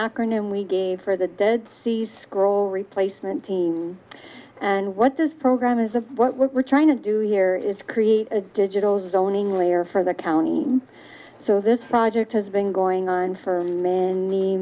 acronym we gave for the dead sea scrolls replacement team and what this program is a what we're trying to do here is create a digital zoning layer for the county so this project has been going on for many